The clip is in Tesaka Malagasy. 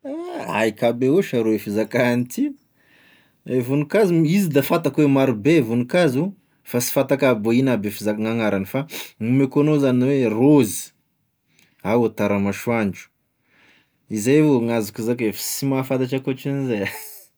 Ay ka aby avao e sha rô i fazakà agn'ity, e voninkazo mo, izy da fantako hoe marobe e voninkazo fa sy fantako aby hoe ino aby fizak- gn'agnarany fa, gn'ameko anao zany ao e raozy, ao e taramasoandro, izay avao gn'azoko zakay, f'sy mahafantatra ankoatragn'zay ia.